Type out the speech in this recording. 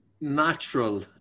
natural